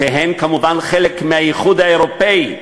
שהן כמובן חלק מהאיחוד האירופי,